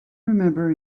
remember